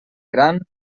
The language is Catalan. gran